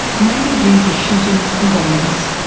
mainly due to shootings and bombings.